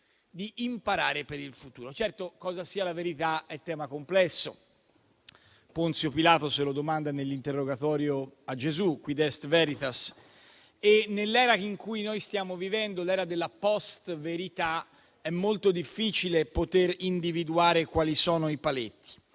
di imparare per il futuro. Certo, cosa sia la verità è tema complesso (Ponzio Pilato se lo domanda nell'interrogatorio a Gesù: «*Quid est veritas*?») e nell'era in cui stiamo vivendo, quella della post-verità, è molto difficile poterne individuare i paletti.